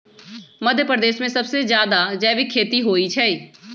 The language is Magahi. मध्यप्रदेश में सबसे जादा जैविक खेती होई छई